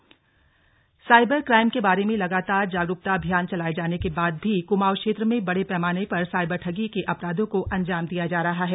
cyber ठगी cyber crime के बारे में लगातार जागरूकता अभियान चलाए जाने के बाद भी कुमाऊं क्षेत्र में बड़े पैमाने पर साइबर ठगी के अपराधों को अंजाम दिया जा रह है